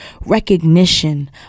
recognition